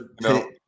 No